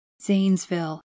Zanesville